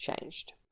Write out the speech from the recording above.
changed